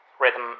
rhythm